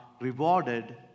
rewarded